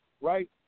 right